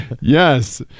Yes